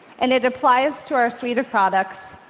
and it applies to our suite of products.